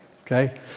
Okay